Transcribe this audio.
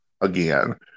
Again